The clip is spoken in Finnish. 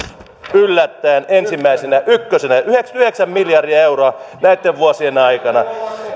yllättäen ykkösenä yhdeksänkymmentäyhdeksän miljardia euroa näitten vuosien aikana